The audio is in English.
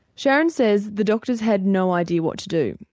sharon says the doctors had no idea what to do,